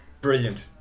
Brilliant